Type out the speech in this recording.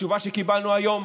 התשובה שקיבלנו היום: